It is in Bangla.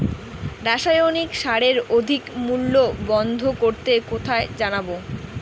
রাসায়নিক সারের অধিক মূল্য বন্ধ করতে কোথায় জানাবো?